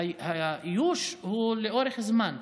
האיוש הוא לאורך זמן.